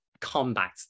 combat